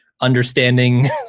understanding